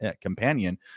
companion